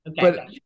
Okay